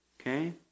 okay